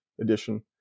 edition